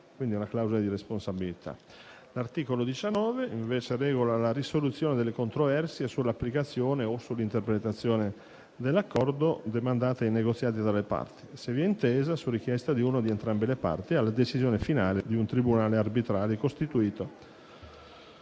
quindi è una clausola di responsabilità. L'articolo 19 regola la risoluzione delle controversie sull'applicazione e interpretazione dell'Accordo, demandata a negoziati tra le parti e, se non vi è intesa, su richiesta di una o di entrambe le parti, alla decisione finale di un tribunale arbitrale costituito